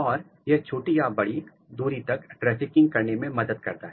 और यह छोटी या बड़ी दूरी तक ट्रैफिकिंग करने में मदद करता है